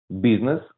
business